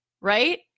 right